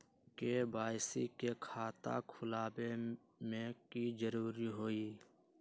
KYC के खाता खुलवा में की जरूरी होई?